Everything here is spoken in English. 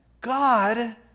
God